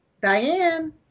Diane